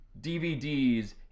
DVDs